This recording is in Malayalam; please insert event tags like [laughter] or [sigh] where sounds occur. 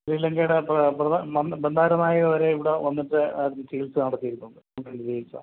ശ്രീലങ്കയുടെ ബന്താരാമായവർ ഇവിടെ വന്നിട്ടു ചികിത്സ നടത്തിയിരുന്നു [unintelligible]